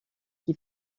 qui